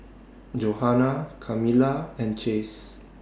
Johana Kamila and Chase